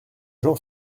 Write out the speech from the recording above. jean